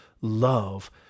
love